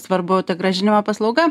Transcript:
svarbu tą grąžinimo paslaugą